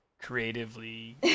creatively